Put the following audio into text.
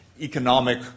economic